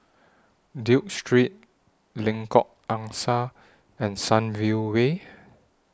Duke Street Lengkok Angsa and Sunview Way